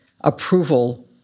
approval